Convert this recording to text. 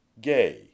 gay